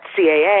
CAA